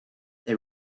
they